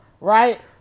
right